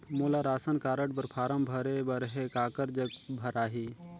मोला ration card बर form भरे बर हे काकर जग भराही?